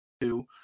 two